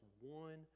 one